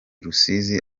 rusizi